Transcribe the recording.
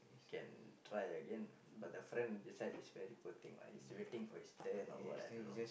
he can try again but the friend beside is very poor thing he is waiting for his turn or what I don't know